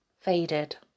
faded